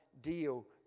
deal